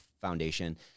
foundation